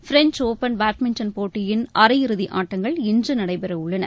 French open badminton போட்டியின் அரையிறுதி ஆட்டங்கள் இன்று நடைபெற உள்ளன